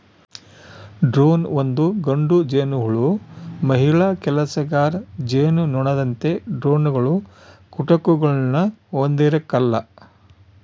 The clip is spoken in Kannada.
ಡ್ರೋನ್ ಒಂದು ಗಂಡು ಜೇನುಹುಳು ಮಹಿಳಾ ಕೆಲಸಗಾರ ಜೇನುನೊಣದಂತೆ ಡ್ರೋನ್ಗಳು ಕುಟುಕುಗುಳ್ನ ಹೊಂದಿರಕಲ್ಲ